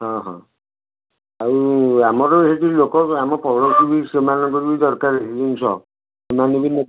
ହଁ ହଁ ଆଉ ଆମର ହେଇଟି ଲୋକ ଆମ ପଡ଼ୋଶୀ ବି ସେମାନଙ୍କର ବି ଦରକାର ଜିନିଷ ସେମାନେ ବି ନେବେ